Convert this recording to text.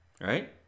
right